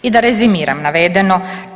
I da rezimiram navedeno.